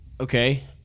Okay